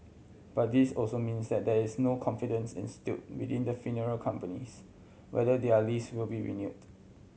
but this also means that there is no confidence instilled within the funeral companies whether their lease will be renewed